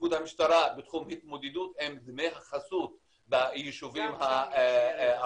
תפקוד המשטרה בתחום התמודדות עם דמי החסות ביישובים הערביים,